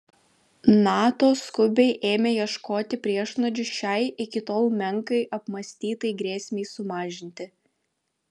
nato skubiai ėmė ieškoti priešnuodžių šiai iki tol menkai apmąstytai grėsmei sumažinti